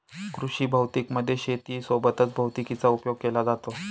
कृषी भौतिकी मध्ये शेती सोबत भैतिकीचा उपयोग केला जातो